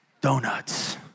Donuts